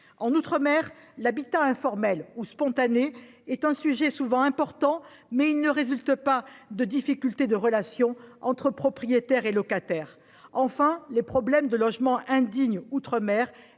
En outre-mer, l'habitat informel, ou spontané, est un sujet souvent important, mais il ne résulte pas de difficultés dans les relations entre propriétaires et locataires. Enfin, les problèmes de logement indigne outre-mer,